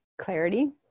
clarity